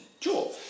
Sure